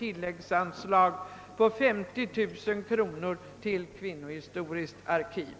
till den verksamhet som vid Göteborgs universitetsbibliotek bedrives av »Kvinnohistoriskt arkiv«.